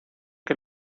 que